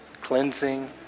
cleansing